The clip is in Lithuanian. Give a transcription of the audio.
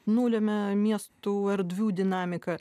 nulemia miestų erdvių dinamiką